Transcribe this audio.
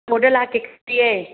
ꯃꯅꯤꯄꯨꯔꯗ ꯂꯥꯛꯀꯦ ꯈꯜꯂꯤꯌꯦ